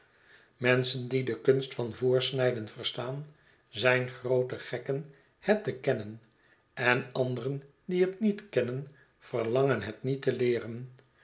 menschen die de kunst van voorsnijden verstaan zijn groote gekken het te bekennen en anderen die het niet kennen verlangen het niet te leeren